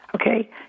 Okay